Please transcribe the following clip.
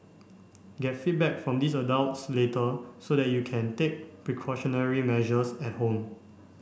get feedback from these adults later so that you can take precautionary measures at home